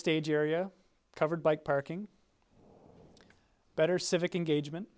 stage area covered by parking better civic engagement